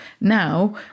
Now